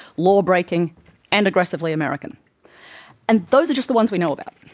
law breaking and aggressively american and those are just the ones we know about.